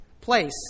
place